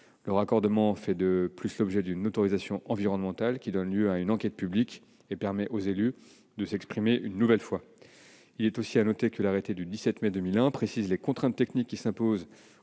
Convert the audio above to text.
Le raccordement fait de plus l'objet d'une autorisation environnementale, qui donne lieu à une enquête publique et permet aux élus de s'exprimer une nouvelle fois. Il faut le noter, l'arrêté du 17 mai 2001 précise les contraintes techniques qui s'imposent